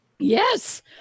Yes